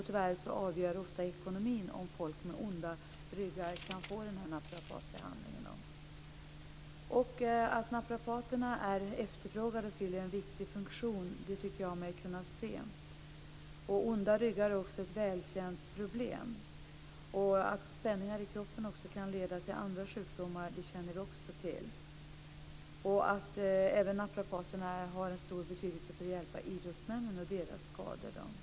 Tyvärr avgör ofta ekonomin om folk med onda ryggar kan få naprapatbehandling. Att naprapaterna är efterfrågade och fyller en viktig funktion tycker jag mig kunna se. Onda ryggar är också ett välkänt problem. Att spänningar i kroppen kan leda till andra sjukdomar känner vi också till, liksom att naprapaterna har en stor betydelse för att hjälpa idrottsmännen med deras skador.